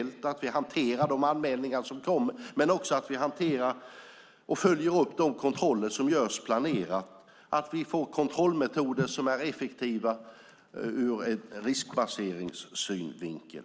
Det handlar om att vi hanterar de anmälningar som kommer men också om att vi hanterar och följer upp de kontroller som görs planerat och om att vi får kontrollmetoder som är effektiva ur en riskbaseringssynvinkel.